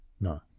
No